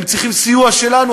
הם צריכים סיוע שלנו,